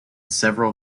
several